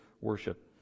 worship